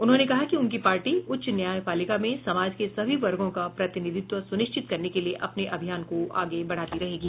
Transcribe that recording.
उन्होंने कहा कि उनकी पार्टी उच्च न्यायपालिका में समाज के सभी वर्गों का प्रतिनिधित्व सुनिश्चित करने के लिए अपने अभियान को आगे बढ़ाती रहेगी